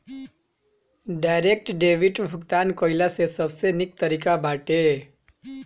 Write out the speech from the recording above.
direct debit भुगतान कइला से सबसे निक तरीका बाटे